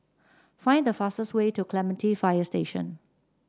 find the fastest way to Clementi Fire Station